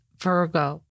Virgo